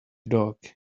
dog